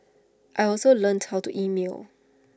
I also learned how to email